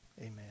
amen